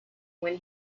when